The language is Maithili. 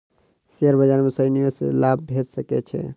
शेयर बाजार में सही निवेश सॅ लाभ भेट सकै छै